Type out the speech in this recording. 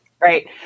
Right